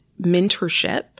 mentorship